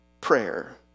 prayer